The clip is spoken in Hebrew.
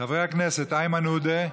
חבר הכנסת איימן עודה,